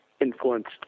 influenced